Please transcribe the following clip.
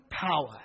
power